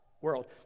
world